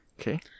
Okay